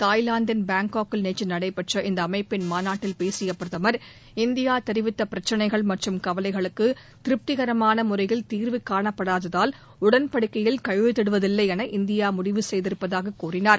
தாய்லாந்தின் பாங்காக்கில் நேற்று நடைபெற்ற இந்த அமைப்பின் மாநாட்டில் பேசிய பிரதமா் இந்தியா தெரிவித்த பிரச்சினைகள் மற்றும் கவலைகளுக்கு திருப்திகரமான முறையில் தீர்வு காணப்படாததால் உடன்படிக்கையில் கையெழுத்திடுவதில்லை என இந்தியா முடிவு செய்திருப்பதாக கூறினார்